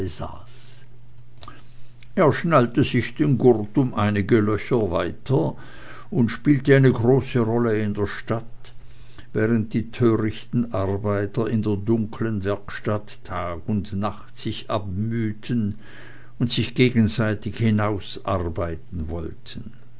er schnallte sich den gurt um einige löcher weiter und spielte eine große rolle in der stadt während die törichten arbeiter in der dunklen werkstatt tag und nacht sich abmühten und sich gegenseitig hinausarbeiten wollten